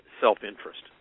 self-interest